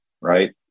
right